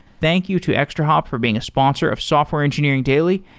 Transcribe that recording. thank you to extrahop for being a sponsor of software engineering daily,